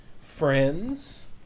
friends